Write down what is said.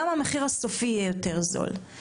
גם המחיר הסופי יהיה יותר זול.